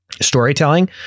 storytelling